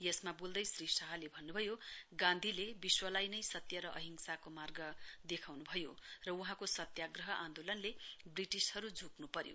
यसमा बोल्दै श्री शाहले भन्नु भयो गान्धीले विश्वलाई नै सत्य र अंहिसाको मार्ग देखाउनु भयो र वहाँको सत्याग्रह आन्दोलनले ब्रिटिशहरू झुक्न पन्यो